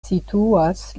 situas